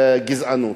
מהגזענות.